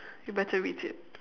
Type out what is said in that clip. you better read it